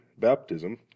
baptism